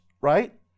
right